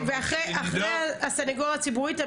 ואחרי הסנגוריה הציבורית,